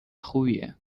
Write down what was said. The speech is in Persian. خوبیه